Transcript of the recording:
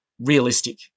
realistic